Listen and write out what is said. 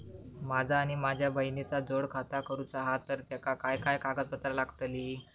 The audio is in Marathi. माझा आणि माझ्या बहिणीचा जोड खाता करूचा हा तर तेका काय काय कागदपत्र लागतली?